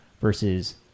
versus